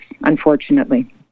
unfortunately